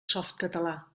softcatalà